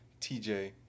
TJ